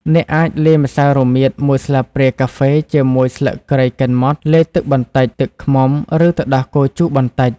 អ្នកអាចលាយម្សៅរមៀតមួយស្លាបព្រាកាហ្វេជាមួយស្លឹកគ្រៃកិនម៉ដ្ឋ លាយទឹកបន្តិច ទឹកឃ្មុំ ឬទឹកដោះគោជូរបន្តិច។